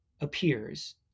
appears